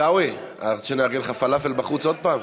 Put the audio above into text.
עיסאווי, אתה רוצה שנארגן לך פלאפל בחוץ עוד פעם?